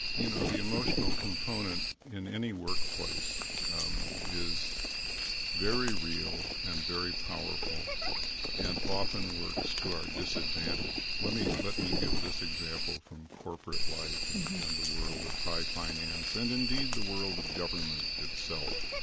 you know, the emotional component in any workplace is very real and very powerful and often works to our disadvantage let me let me give this example from corporate life and and the world of high finance and indeed the world of government itself.